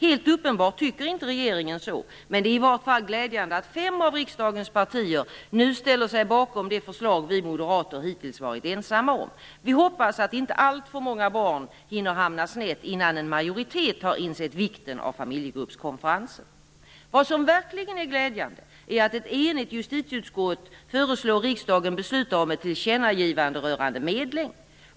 Helt uppenbart tycker inte regeringen så, men det är i alla fall glädjande att fem av riksdagens partier nu ställer sig bakom det förslag vi moderater hittills varit ensamma om. Vi hoppas att inte alltför många barn hinner hamna snett innan en majoritet har insett vikten av familjegruppskonferensen. Vad som verkligen är glädjande är att ett enigt justitieutskott föreslår att riksdagen beslutar om ett tillkännagivande rörande medling.